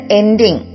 ending